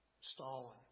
Stalin